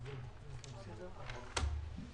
הם לא מקבלים סיוע בתקופת הסגר וגם